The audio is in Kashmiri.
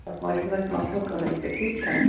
اَتھ منٛز چھُنہٕ اَسہِ مَسلہٕ کٕہٕنۍ تہِ ٹھیٖک چھا